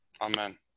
Amen